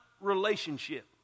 relationship